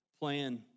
plan